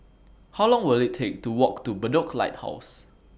How Long Will IT Take to Walk to Bedok Lighthouse